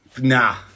nah